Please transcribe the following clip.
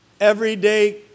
Everyday